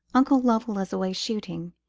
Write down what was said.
uncle lovell is away shooting,